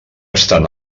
estan